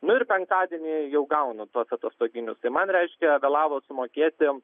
nu ir penktadienį jau gaunu tuos atostoginius tai man reiškia vėlavo sumokėti